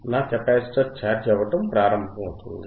నా capacitor charge అవటం ప్రారంభమవుతుంది